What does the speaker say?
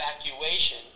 evacuation